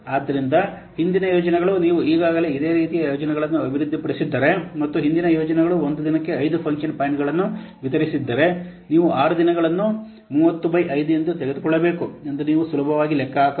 ಆದ್ದರಿಂದ ಹಿಂದಿನ ಯೋಜನೆಗಳು ನೀವು ಈಗಾಗಲೇ ಇದೇ ರೀತಿಯ ಯೋಜನೆಗಳನ್ನು ಅಭಿವೃದ್ಧಿಪಡಿಸಿದ್ದರೆ ಮತ್ತು ಹಿಂದಿನ ಯೋಜನೆಗಳು ಒಂದು ದಿನಕ್ಕೆ 5 ಫಂಕ್ಷನ್ ಪಾಯಿಂಟ್ ಗಳನ್ನು ವಿತರಿಸಿದ್ದರೆ ನೀವು 6 ದಿನಗಳನ್ನು 30 ಬೈ 5 ಎಂದು ತೆಗೆದುಕೊಳ್ಳಬೇಕು ಎಂದು ನೀವು ಸುಲಭವಾಗಿ ಲೆಕ್ಕ ಹಾಕಬಹುದು